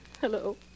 Hello